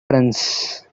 friends